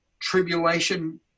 tribulation